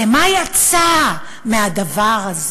ומה יצא מהדבר הזה?